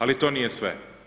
Ali to nije sve.